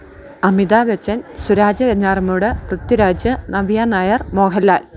Amitabh Bachchan Suraj Venjaramoodu Prithviraj Navya Nair Mohanlal